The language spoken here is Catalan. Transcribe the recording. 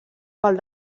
pel